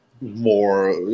more